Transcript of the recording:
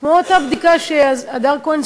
כמו אותה בדיקה שהדר כהן,